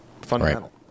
Fundamental